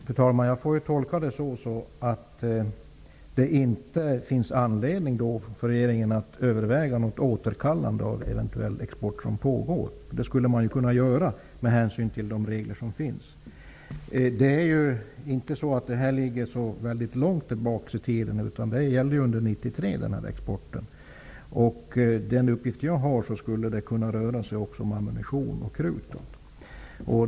Fru talman! Jag får tolka svaret som att det inte finns anledning för regeringen att överväga något återkallande av tillstånd för export som eventuellt pågår. Det skulle man kunna göra med hänsyn till de regler som finns. Denna export ligger inte så väldigt långt tillbaks i tiden. Den skedde under 1993. Enligt den uppgift jag har skulle det också kunna röra sig om ammunition och krut.